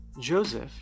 Joseph